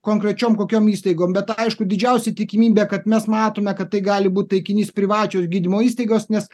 konkrečiom kokiom įstaigom bet aišku didžiausia tikimybė kad mes matome kad tai gali būt taikinys privačios gydymo įstaigos nes